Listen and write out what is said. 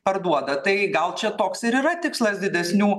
parduoda tai gal čia toks ir yra tikslas didesnių